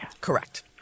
correct